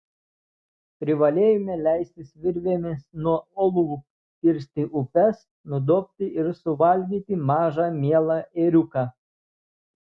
privalėjome leistis virvėmis nuo uolų kirsti upes nudobti ir suvalgyti mažą mielą ėriuką